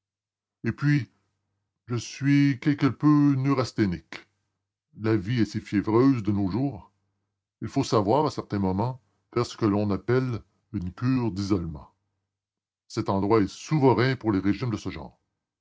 et puis je suis quelque peu neurasthénique la vie est si fiévreuse de nos jours il faut savoir à certains moments faire ce que l'on appelle une cure d'isolement cet endroit est souverain pour les régimes de ce genre